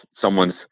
someone's